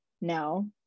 no